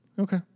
Okay